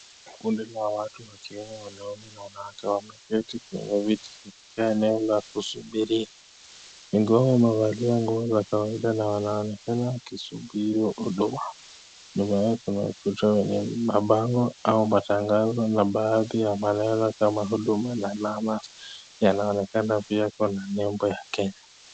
Kundi la watu wakiwemo wanaume na wanawake wameketi kwa viti katika eneo la kusubiri. Wengi wao wamevalia nguo za kawaida na wanaonekana wakisubiri huduma. Nyuma yao kuna ukuta wenye mabango au matangazo na baadhi ya maneno kama huduma na naona yanaonekana kua na nembo ya Kenya.